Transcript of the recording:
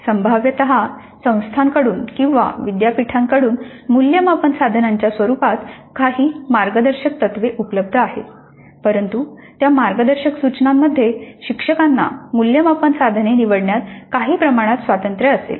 संभाव्यत संस्थांकडून किंवा विद्यापीठाकडून मूल्यमापन साधनांच्या स्वरूपाबाबत काही मार्गदर्शक तत्त्वे उपलब्ध आहेत परंतु त्या मार्गदर्शक सूचनांमध्ये शिक्षकांना मूल्यमापन साधने निवडण्यात काही प्रमाणात स्वातंत्र्य असेल